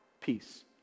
peace